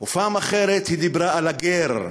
ופעם אחרת היא דיברה על הגר,